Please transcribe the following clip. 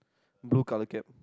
blue color cap